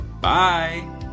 Bye